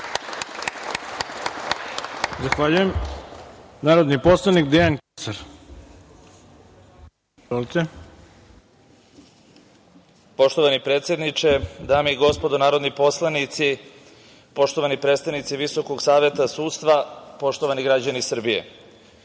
ima reč. Izvolite. **Dejan Kesar** Poštovani predsedniče, dame i gospodo narodni poslanici, poštovani predstavnici Visokog saveta sudstva, poštovani građani Srbije,